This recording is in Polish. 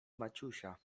maciusia